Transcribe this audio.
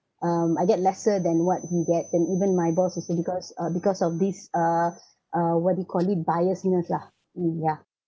um I get lesser than what he gets and even my boss also uh because of this uh uh what do you call it biasness lah mm yeah